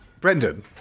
Brendan